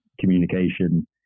communication